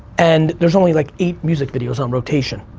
and there's only like eight music videos on rotation.